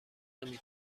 نمی